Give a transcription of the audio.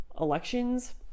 elections